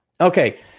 Okay